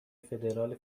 فدرال